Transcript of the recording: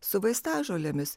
su vaistažolėmis